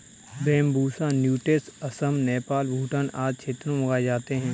Bambusa नूटैंस असम, नेपाल, भूटान आदि क्षेत्रों में उगाए जाते है